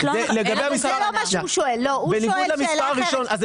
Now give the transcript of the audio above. אבל זה לא מה שהוא שואל, הוא שואל שאלה אחרת.